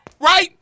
Right